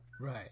Right